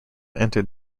entered